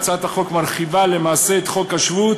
הצעת החוק מרחיבה למעשה את חוק השבות